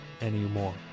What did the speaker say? anymore